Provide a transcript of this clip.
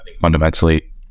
fundamentally